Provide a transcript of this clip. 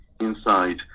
inside